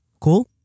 Cool